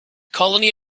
colony